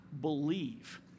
believe